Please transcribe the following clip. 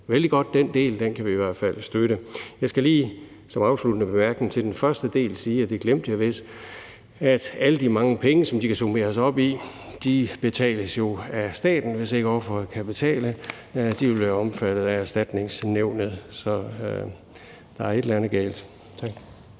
vældig godt, og den kan vi i hvert fald støtte. Jeg skal lige som afsluttende bemærkning til den første del sige – det glemte jeg vist – at alle de mange penge, som godtgørelserne kan summeres op i, jo betales af staten, hvis ikke offeret kan betale, for de vil være omfattet af Erstatningsnævnet; så der er et eller andet galt. Tak.